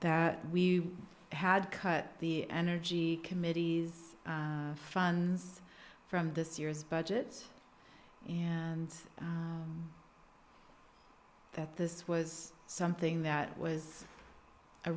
that we had cut the energy committees funs from this year's budget and that this was something that was a